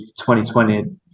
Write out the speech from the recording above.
2020